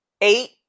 eight